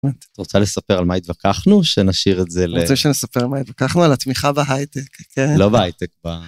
רוצה לספר על מה התווכחנו? שנשאיר את זה, לא, רוצה לספר מה התווכחנו? על התמיכה בהייטק, לא בהייטק פעם.